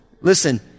Listen